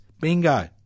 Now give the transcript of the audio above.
Bingo